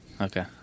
Okay